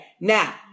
Now